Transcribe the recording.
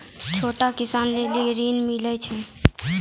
छोटा किसान लेल ॠन मिलय छै?